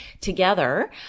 together